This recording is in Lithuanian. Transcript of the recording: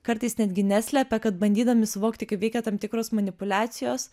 kartais netgi neslepia kad bandydami suvokti kaip veikia tam tikros manipuliacijos